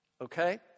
okay